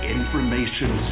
Information